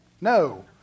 No